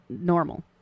normal